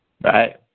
Right